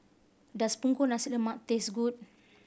does Punggol Nasi Lemak taste good